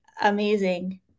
amazing